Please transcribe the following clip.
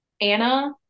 Anna